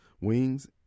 wings